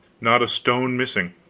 not a stone missing.